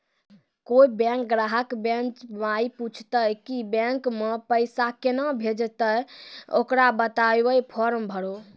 कोय बैंक ग्राहक बेंच माई पुछते की बैंक मे पेसा केना भेजेते ते ओकरा बताइबै फॉर्म भरो